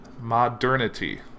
Modernity